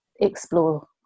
explore